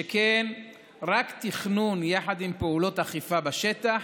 שכן רק תכנון יחד עם פעולות אכיפה בשטח